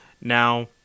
Now